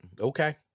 Okay